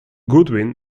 goodwin